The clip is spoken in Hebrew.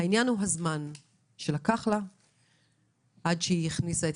אבל העניין הוא הזמן שלקח לה עד שהיא הכניסה את